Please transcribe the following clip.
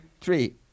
three